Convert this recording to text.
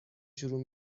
شروع